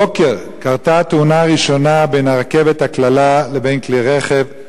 הבוקר קרתה תאונה ראשונה בין הרכבת הקללה לבין כלי-רכב.